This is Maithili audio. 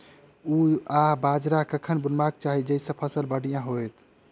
जौ आ बाजरा कखन बुनबाक चाहि जँ फसल बढ़िया होइत?